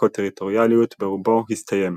מחלוקות טריטוריאליות ברובו הסתיים,